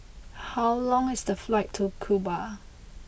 how long is the flight to Cuba